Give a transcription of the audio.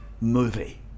movie